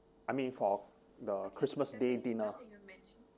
I mean for the christmas day dinner